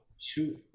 two